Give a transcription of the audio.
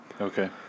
Okay